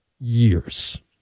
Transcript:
years